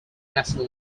nasal